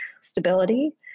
stability